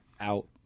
out